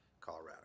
Colorado